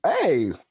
Hey